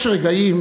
יש רגעים